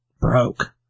broke